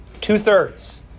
Two-thirds